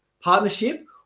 partnership